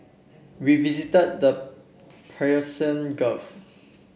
we visited the Persian Gulf